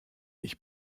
ich